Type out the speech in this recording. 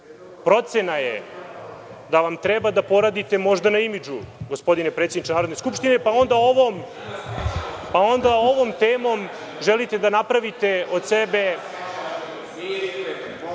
Procena je da možda treba da poradite na imidžu, gospodine predsedniče Narodne skupštine, pa onda ovom temom želite da napravite od sebe